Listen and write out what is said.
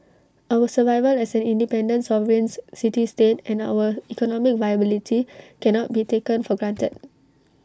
our survival as an independent sovereign city state and our economic viability cannot be taken for granted